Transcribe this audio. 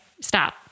stop